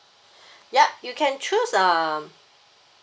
yup you can choose uh